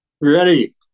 Ready